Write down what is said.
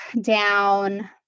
down